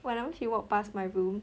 whenever she walk past my room